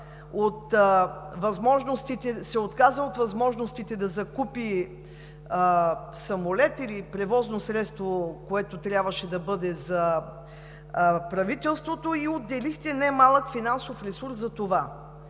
от възможностите да закупи самолет или превозно средство, което трябваше да бъде за правителството, и отделихте немалък финансов ресурс за това.